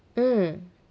mm